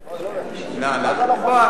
מה זאת אומרת "לא ראוי"?